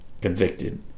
convicted